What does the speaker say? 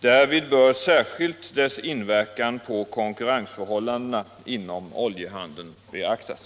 Därvid bör särskilt dess inverkan på konkurrensförhållandena inom oljehandeln beaktas.